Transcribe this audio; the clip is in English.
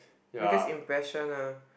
biggest impression ah